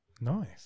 Nice